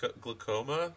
glaucoma